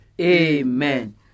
Amen